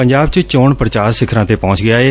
ਪੰਜਾਬ ਚ ਚੋਣ ਪ੍ਰਚਾਰ ਸਿਖਰ ਤੇ ਪਹੁੰਚ ਗਿਆ ਏ